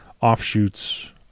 offshoots